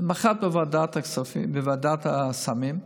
למוחרת הופעתי בוועדת הסמים,